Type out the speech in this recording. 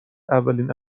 اولین